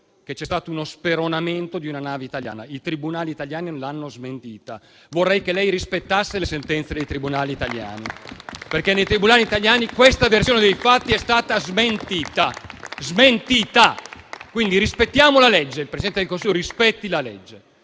ha detto lei - di una nave italiana. I tribunali italiani l'hanno smentita. Vorrei che lei rispettasse le sentenze dei tribunali italiani, perché nei tribunali italiani questa versione dei fatti è stata smentita. Quindi rispettiamo la legge, il Presidente del Consiglio rispetti la legge.